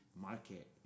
market